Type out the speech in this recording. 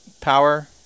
power